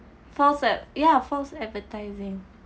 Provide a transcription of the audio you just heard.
false ad~ ya false advertising